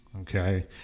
Okay